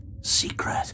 secret